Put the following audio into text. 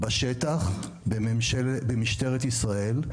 בשטח במשטרת ישראל,